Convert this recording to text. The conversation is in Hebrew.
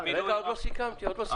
בינתיים.